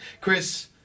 Chris